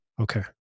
okay